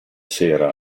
sera